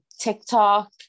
TikTok